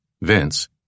Vince